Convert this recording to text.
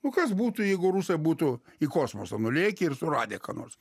o kas būtų jeigu rusai būtų į kosmosą nulėkę ir suradę ką nors